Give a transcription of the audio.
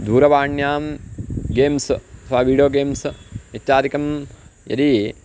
दूरवाण्यां गेम्स् अथवा video games इत्यादिकं यदि